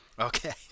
Okay